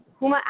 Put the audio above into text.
Huma